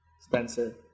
Spencer